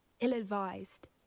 ill-advised